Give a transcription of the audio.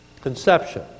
Conception